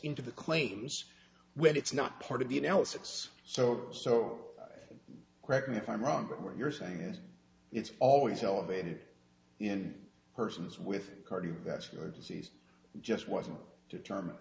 into the claims when it's not part of the analysis so correct me if i'm wrong but what you're saying is it's always elevated in persons with cardiovascular disease just wasn't determine